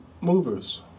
movers